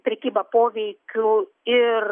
prekyba poveikiu ir